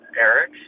Eric